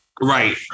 Right